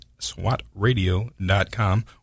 swatradio.com